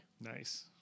Nice